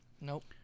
Nope